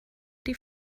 die